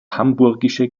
hamburgische